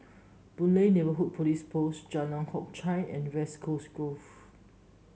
Boon Lay Neighbourhood Police Post Jalan Hock Chye and West Coast Grove